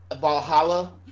Valhalla